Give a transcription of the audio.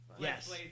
Yes